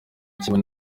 kimwe